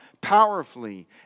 powerfully